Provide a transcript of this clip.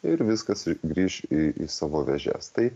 ir viskas grįš į į savo vėžes tai